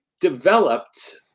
developed